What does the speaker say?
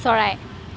চৰাই